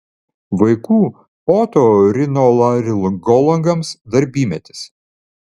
vaikų otorinolaringologams darbymetis